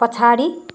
पछाडि